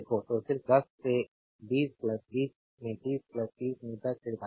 तो सिर्फ 10 से 2020 में 3030 में 10 से विभाजित है